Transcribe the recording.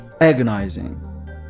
agonizing